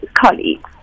colleagues